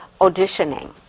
auditioning